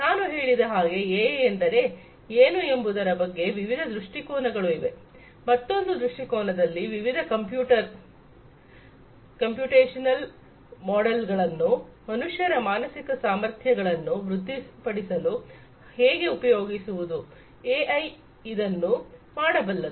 ನಾನು ಹೇಳಿದ ಹಾಗೆ ಎಐ ಎಂದರೆ ಏನು ಎಂಬುದರ ಬಗ್ಗೆ ವಿವಿಧ ದೃಷ್ಟಿಕೋನಗಳು ಇವೆ ಮತ್ತೊಂದು ದೃಷ್ಟಿಕೋನದಲ್ಲಿ ವಿವಿಧ ಕಂಪ್ಯೂಟೇಷನಲ್ ಮಾಡೆಲ್ಗಳನ್ನು ಮನುಷ್ಯರ ಮಾನಸಿಕ ಸಾಮರ್ಥ್ಯಗಳನ್ನು ವೃದ್ಧಿಪಡಿಸಲು ಹೇಗೆ ಉಪಯೋಗಿಸುವುದು ಎಐ ಇದನ್ನು ಮಾಡಬಲ್ಲದು